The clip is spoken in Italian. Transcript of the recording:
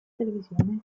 televisione